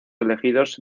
elegidos